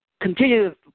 continue